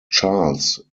charles